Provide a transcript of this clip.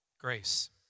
grace